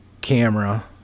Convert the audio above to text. camera